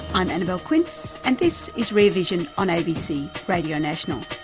i'm annabelle quince and this is rear vision on abc radio national.